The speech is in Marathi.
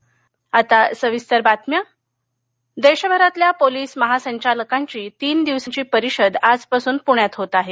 परिषद देशभरातल्या पोलीस महासंचालकांची तीन दिवसांची परिषद आजपासून पुण्यात होत आहे